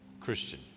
Christian